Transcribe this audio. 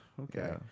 Okay